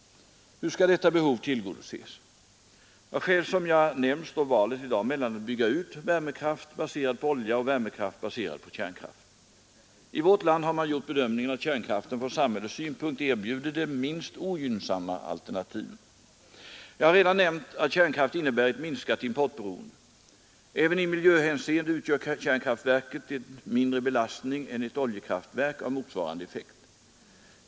Hur skall detta behov tillgodoses? Av skäl som jag nämnt står valet i dag mellan att bygga ut värmekraft baserad på olja och värmekraft baserad på kärnkraft. I vårt land har man gjort bedömningen att kärnkraften från samhällets synpunkt erbjuder det minst ogynnsamma alternativet. Jag har redan nämnt att kärnkraft innebär ett minskat importberoende. Även i miljöhänseende utgör kärnkraftverket en mindre belastning än ett oljekraftverk av motsvarande effekt.